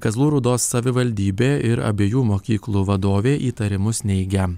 kazlų rūdos savivaldybė ir abiejų mokyklų vadovė įtarimus neigia